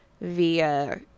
via